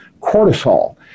cortisol